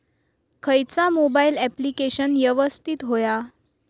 खयचा mobile application यवस्तित होया?